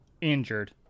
injured